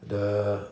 the